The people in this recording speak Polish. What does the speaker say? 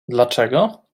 dlaczego